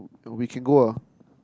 we can go ah